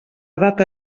data